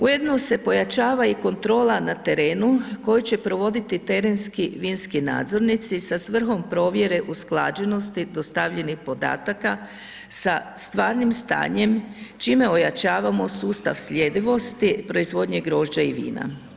Ujedno se pojačava i kontrola na terenu koju će provoditi terenski vinski nadzornici sa svrhom provjere usklađenosti dostavljenih podataka sa stvarnim stanjem čime ojačavamo sustav sljedivosti, proizvodnje grožđa i vina.